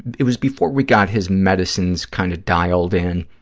it was before we got his medicines kind of dialed in